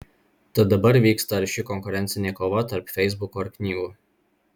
tad dabar vyksta arši konkurencinė kova tarp feisbuko ir knygų